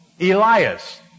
Elias